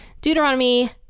Deuteronomy